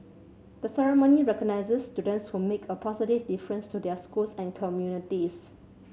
the ceremony recognises students who make a positive difference to their schools and communities